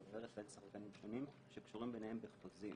היא עוברת בין שחקנים שונים שקשורים ביניהם בחוזים.